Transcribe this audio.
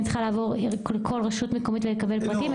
צריכה לעבור על כל רשות מקומית ולקבל פרטים?